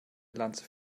lanze